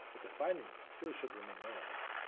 but the findings still should remain relevant.